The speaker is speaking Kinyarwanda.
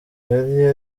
rihari